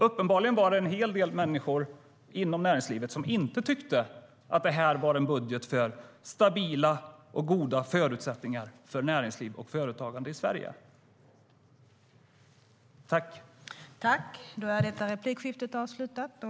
Uppenbarligen var det en hel del människor inom näringslivet som inte tyckte att detta var en budget för stabila och goda förutsättningar för näringsliv och företagande i Sverige.